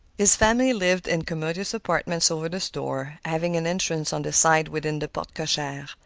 his family lived in commodious apartments over the store, having an entrance on the side within the porte cochere.